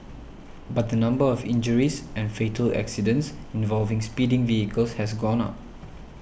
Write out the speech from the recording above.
but the number of injuries and fatal accidents involving speeding vehicles has gone up